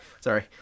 sorry